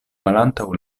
malantaŭ